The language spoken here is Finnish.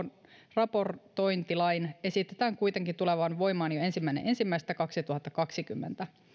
raportointilain esitetään kuitenkin tulevan voimaan jo ensimmäinen ensimmäistä kaksituhattakaksikymmentä